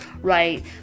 right